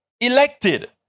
elected